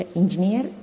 engineer